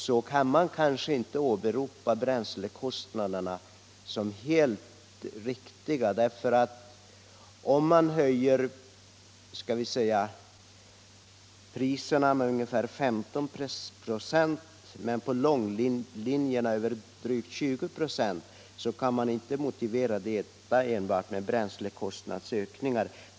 Men det är kanske inte helt riktigt att åberopa bränslekostnaderna härvidlag, för om man höjer priserna i allmänhet med ungefär 15 96 men priserna på långlinjerna med drygt 20 96, så går det inte att motivera detta enbart med bränslekostnadsökningar.